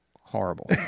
horrible